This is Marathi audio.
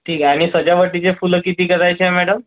ठीक आहे आणि सजावटीचे फुलं किती करायचेय मॅडम